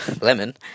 Lemon